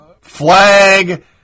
flag